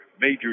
Major